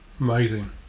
Amazing